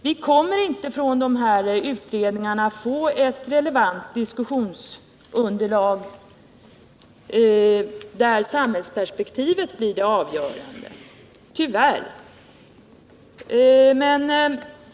Från dessa utredningar kommer vi tyvärr inte att få ett relevant diskussionsunderlag, där samhällsperspektivet blir det avgörande.